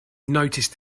noticed